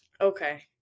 Okay